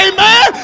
Amen